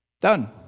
Done